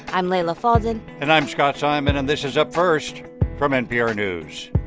i'm leila fadel and i'm scott simon, and this is up first from npr news